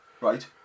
Right